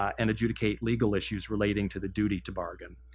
and adjudicate legal issues relating to the duty to bargain.